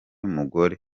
mugore